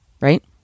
right